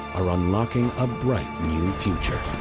are unlocking a bright new future.